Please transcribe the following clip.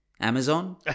Amazon